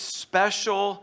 special